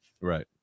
Right